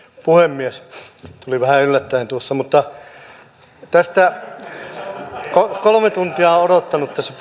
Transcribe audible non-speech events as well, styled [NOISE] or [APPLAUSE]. puhemies tuli vähän yllättäen mutta kolme tuntia olen odottanut tässä [UNINTELLIGIBLE]